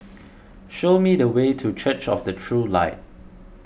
show me the way to Church of the True Light